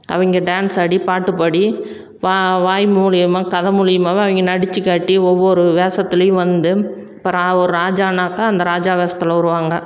அவங்க டான்ஸ் ஆடி பாட்டுப்பாடி வா வாய் மூலயமா கதை மூலயமாவே அவங்க நடித்துக் காட்டி ஒவ்வொரு வேசத்துலையும் வந்து இப்போ ரா ஒரு ராஜானாக்கா அந்த ராஜா வேசத்தில் வருவாங்க